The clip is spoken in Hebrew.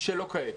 שלא כעת.